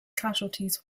casualties